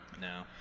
no